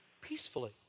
peacefully